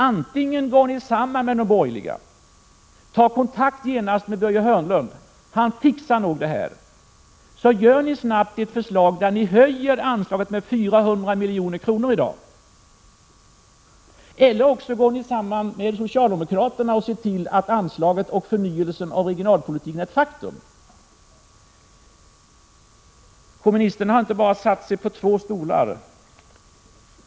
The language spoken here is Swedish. Antingen går ni samman med de borgerliga — ta genast kontakt med Börje Hörnlund, han fixar nog det här — och utarbetar snabbt ett förslag där ni höjer anslaget med 400 miljoner i dag. Eller också går ni samman med socialdemokraterna och ser till att anslaget och förnyelsen av regionalpolitiken blir ett faktum. Kommunisterna har inte bara satt sig på två stolar.